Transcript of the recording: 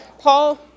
Paul